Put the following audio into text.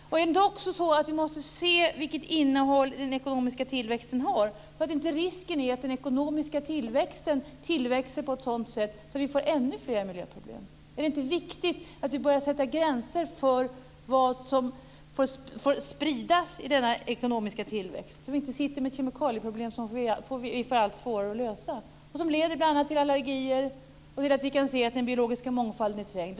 Är det inte också så att vi måste se vilket innehåll den ekonomiska tillväxten har? Vi får inte riskera att den ekonomiska tillväxten ökar på ett sådant sätt att vi få ännu fler miljöproblem. Är det inte viktigt att vi börjar att sätta gränser för vad som får spridas i denna ekonomiska tillväxt? Annars kommer vi att få kemikalieproblem som blir allt svårare att lösa och som bl.a. leder till allergier och till att den biologiska mångfalden blir trängd.